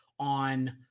on